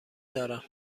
دارم